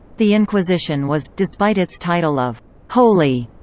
the inquisition was, despite its title of holy,